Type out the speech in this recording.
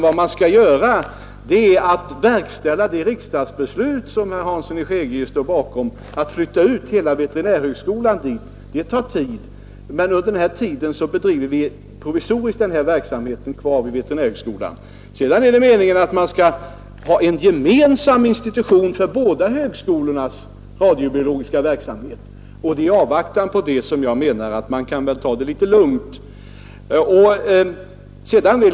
Vad man skall göra är att verkställa det riksdagsbeslut, som herr Hansson i Skegrie står bakom, nämligen att flytta ut hela veterinärhögskolan dit. Det tar tid. Under tiden bedriver vi den här verksamheten provisoriskt vid veterinärhögskolan. Sedan är det meningen att det skall inrättas en gemensam institution för båda högskolornas radiobiologiska verksamhet, och det är i avvaktan på det som jag menar att man kan ta det litet lugnt.